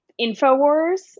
Infowars